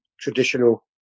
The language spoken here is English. traditional